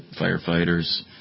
firefighters